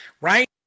right